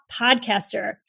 podcaster